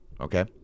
okay